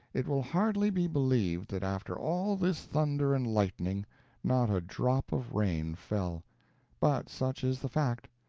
it will hardly be believed that after all this thunder and lightning not a drop of rain fell but such is the fact.